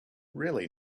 really